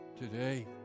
today